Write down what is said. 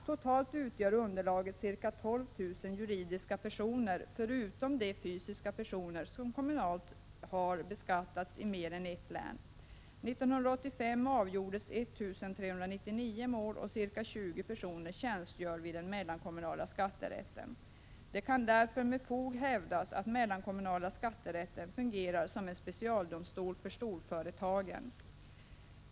Totalt utgör underlaget ca 12 000 juridiska personer förutom de fysiska personer som kommunalt har beskattats i mer än ett län. 1985 avgjordes 1 399 mål, och cirka 20 personer tjänstgör vid mellankommunala skatterätten. Det kan därför med fog hävdas att mellankommunala skatterätten fungerar som en specialdomstol för storföretagen.